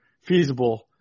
feasible